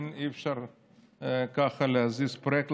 אי-אפשר ככה להזיז פרויקט.